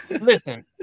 listen